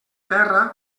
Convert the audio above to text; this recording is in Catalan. terra